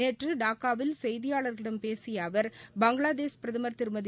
நேற்று டாக்காவில் செய்தியாளர்களிடம் பேசிய அவர் பங்களாதேஷ் பிரதமர் திருமதி